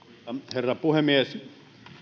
herra puhemies